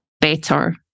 better